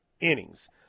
innings